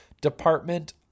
department